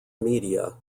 media